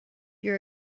your